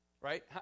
right